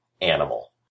animal